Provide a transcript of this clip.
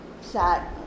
sat